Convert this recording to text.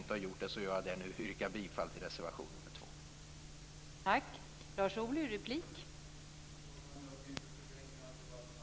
I den mån jag inte har yrkat bifall till reservation nr 2 gör jag det nu.